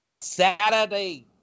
Saturday